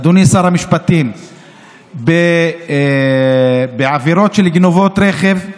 אדוני שר המשפטים, בעבירות של גנבת רכב,